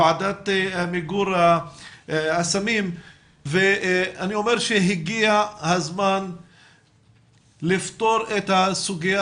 ועדת מיגור הסמים ואני אומר שהגיע הזמן לפתור את הסוגיה